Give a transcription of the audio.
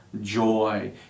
joy